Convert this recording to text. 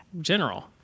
general